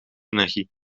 energie